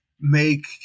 make